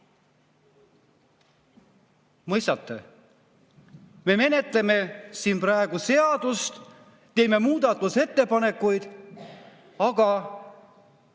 Mõistate? Me menetleme siin praegu seadust, teeme muudatusettepanekuid, aga